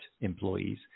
employees